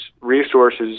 resources